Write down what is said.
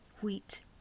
wheat